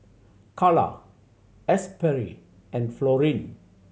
Kala Asberry and Florine